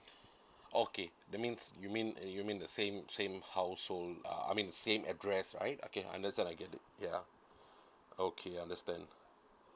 okay that means you mean you mean the same same household uh I mean same address right okay understand I get it ya okay understand